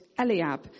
Eliab